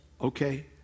Okay